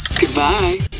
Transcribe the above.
Goodbye